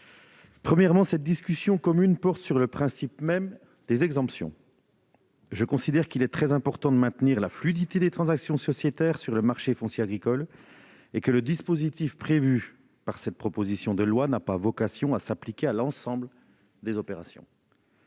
Premièrement, cette discussion commune porte sur le principe même des exemptions. Je considère qu'il est très important de maintenir la fluidité des transactions sociétaires sur le marché foncier agricole et que le dispositif prévu par cette proposition de loi n'a pas vocation à s'appliquer à l'ensemble des opérations.